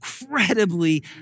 incredibly